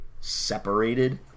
separated